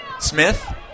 Smith